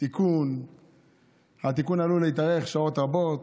התיקון עלול להתארך שעות רבות.